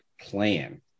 plan